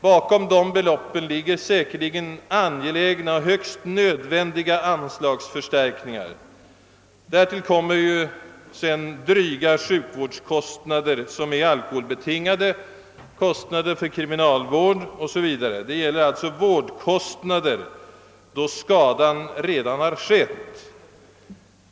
Dessa belopp avser säkerligen angelägna och högst nödvändiga anslagsförstärkningar. Därtill kommer sedan dryga sjukvårdskostnader, som är alkoholbetingade, kostnader för kriminalvård 0. s. v. Det gäller alltså kostnader för vård, då skadan redan har skett.